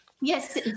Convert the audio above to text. Yes